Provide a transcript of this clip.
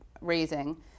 raising